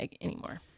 anymore